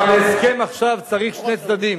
אבל ההסכם עכשיו צריך שני צדדים,